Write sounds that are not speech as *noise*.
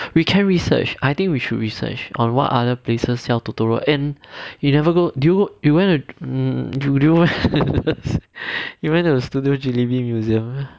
we can research I think we should research on what other places sell totoro and you never go do you went to hmm judeo *laughs* you went to the studio ghibli museum